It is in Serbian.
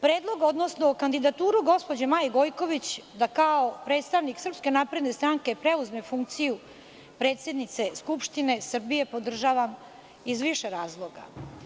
Predlog, odnosno kandidaturu gospođe Maje Gojković, da kao predstavnik SNS preuzme funkciju predsednice Skupštine Srbije, podržavam iz više razloga.